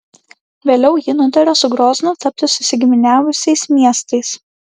vėliau ji nutarė su groznu tapti susigiminiavusiais miestais